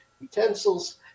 utensils